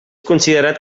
considerat